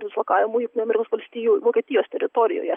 dislokavimui jungtinių amerikos valstijų vokietijos teritorijoje